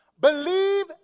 believe